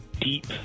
deep